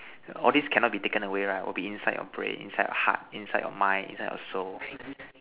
all these cannot be taken away right will be inside your brain inside your heart inside your mind inside your soul